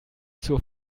zur